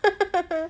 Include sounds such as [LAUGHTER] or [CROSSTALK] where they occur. [LAUGHS]